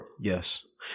Yes